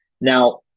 Now